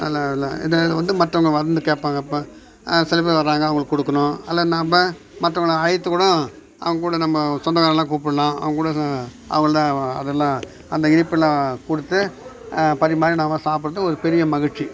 நான் நான் வந்து மற்றவங்க வந்து கேட்பாங்க இப்போ சில பேர் வராங்க அவங்களுக்கு குடுக்கணும் ஆனால் நம்ம மற்றவங்களை அழைத்துக்கூட அவங்கக்கூட நம்ம சொந்தக்காரன்லாம் கூப்பிட்லாம் அவங்கக்கூட அவங்கள்ட்ட அது என்ன அந்த இனிப்புலாம் கொடுத்து பரிமாறி நம்ம சாப்பிட்றது ஒரு பெரிய மகிழ்ச்சி